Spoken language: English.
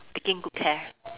taking good care